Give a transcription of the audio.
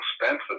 expensive